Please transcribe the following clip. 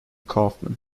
kaufman